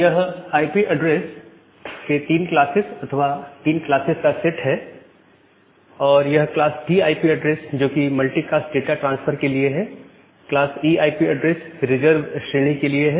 यह IP address के तीन क्लासेस अथवा 3 क्लासेस का 3 सेट है और यह क्लास D आईपी ऐड्रेस जो कि मल्टीकास्ट डाटा ट्रांसफर के लिए है class E IP address reserve श्रेणी के लिए है